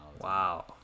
wow